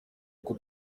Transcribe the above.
uko